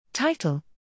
Title